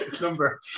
number